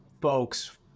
folks